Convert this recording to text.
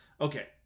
okay